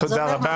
תודה רבה.